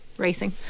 racing